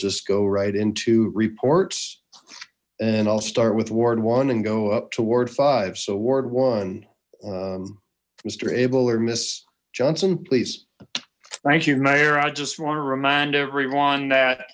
just go right into reports and i'll start with ward one and go toward five so ward one mr abell or miss johnson please thank you mayor i just want to remind everyone that